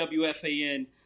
WFAN